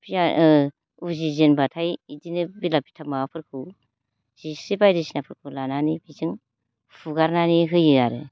ओ उजि जेनब्लाथाय इदिनो बिलाब बिथाब माबाफोरखौ जिस्रि बायदिसिनाफोरखौ लानानै बिजों हुगारनानै होयो आरो